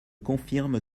confirme